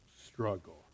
struggle